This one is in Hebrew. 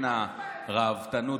חלק ממה שאני הולך להגיד זה כן הרהבתנות